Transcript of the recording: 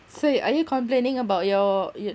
so are you complaining about your your